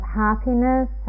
happiness